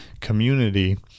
community